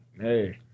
Hey